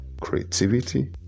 creativity